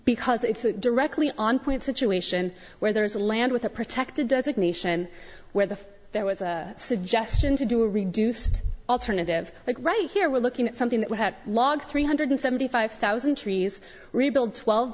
because it's directly on point situation where there is a land with a protected designation where the there was a suggestion to do a reduced alternative but right here we're looking at something that would have logged three hundred seventy five thousand trees rebuild twelve